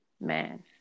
Man